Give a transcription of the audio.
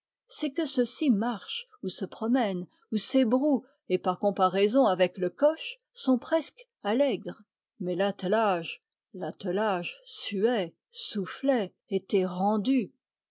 c'est que ceux-ci marchent ou se promènent ou s'ébrouent et par comparaison avec le coche sont presque allègres mais l'attelage l'attelage suait soufflait était rendu